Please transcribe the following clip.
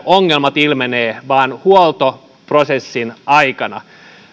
ongelmat ilmenevät vaan huoltoprosessin aikana